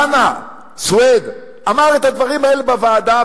חנא סוייד אמר את הדברים האלה בוועדה,